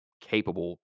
capable